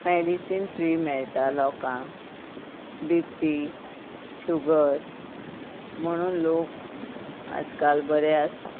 Madison free मेळटा लोकांक B P sugar म्हणून लोक आजकाल बरे आसा